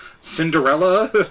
Cinderella